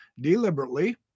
deliberately